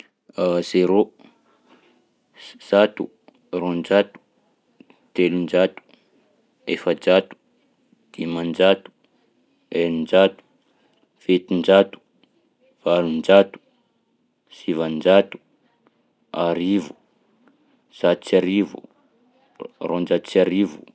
Zéro, zato, roanjato, telonjato, efajato, dimanjato, eninjato, fitonjato, valonjato, sivanjato, arivo, zato sy arivo, a- roanjato sy arivo.